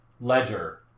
Ledger